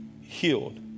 healed